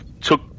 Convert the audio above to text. took